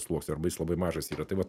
sluoksnio arba jis labai mažas yra tai vat